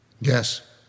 Yes